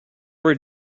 were